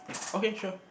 okay sure